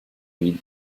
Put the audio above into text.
lead